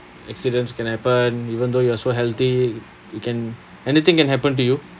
accidents can happen even though you are so healthy you can anything can happen to you